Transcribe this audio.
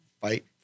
fight